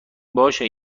باشه